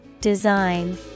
Design